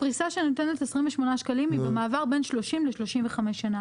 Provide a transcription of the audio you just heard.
הפריסה שאני נותנת 28 שקלים היא במעבר בין 30 ל-35 שנה.